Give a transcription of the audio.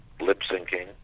lip-syncing